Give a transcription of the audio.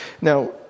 Now